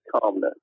calmness